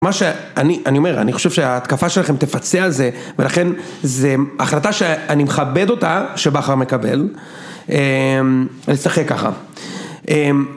מה שאני אומר, אני חושב שההתקפה שלכם תפצה על זה ולכן זו החלטה שאני מכבד אותה, שבכר מקבל לשחק ככה